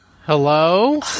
Hello